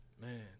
Man